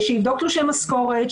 שיבדוק תלושי משכורת,